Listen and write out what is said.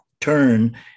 turn